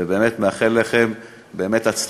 ובאמת מאחל לכם הצלחה,